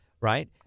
right